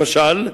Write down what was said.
למשל,